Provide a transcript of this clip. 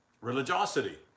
Religiosity